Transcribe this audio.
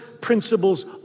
principles